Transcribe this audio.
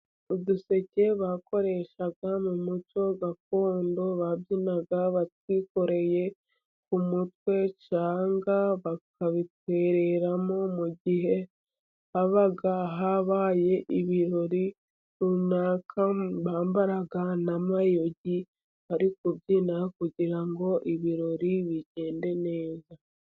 Uduseke bakoreshaga mu muco gakondo, babyinaga batwikoreye ku mutwe, cyangwa bakabitwerwereramo mu gihe habaga habaye ibirori runaka, bambaraga n'amayugi bariko kubyina, kugira ngo ibirori bigende neza.